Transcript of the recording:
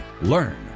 learn